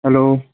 hello